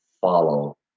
follow